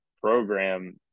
program